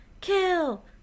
kill